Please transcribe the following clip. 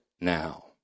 now